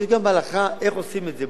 יש הלכה איך עושים את זה,